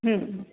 हं